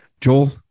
Joel